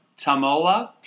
Tamola